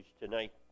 tonight